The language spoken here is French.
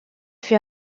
fut